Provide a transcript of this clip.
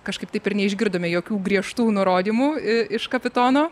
kažkaip taip ir neišgirdome jokių griežtų nurodymų iš kapitono